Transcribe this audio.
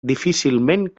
difícilment